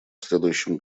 следующем